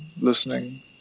listening